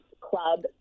club